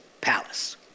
palace